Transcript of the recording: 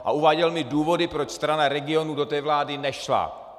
A uváděl mi důvody, proč Strana regionů do vlády nešla.